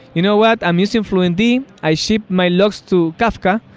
you know what? i'm using fluentd. i ship my logs to kafka,